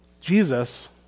Jesus